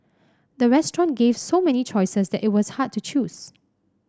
the restaurant gave so many choices that it was hard to choose